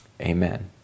amen